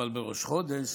אבל בראש חודש